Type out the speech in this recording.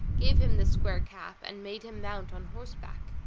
gave him the square cap, and made him mount on horseback.